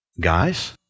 guys